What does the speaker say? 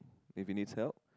if he needs help